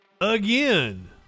again